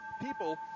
people